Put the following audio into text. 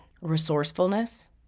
resourcefulness